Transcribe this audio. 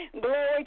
Glory